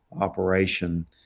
operation